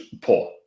poor